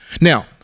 Now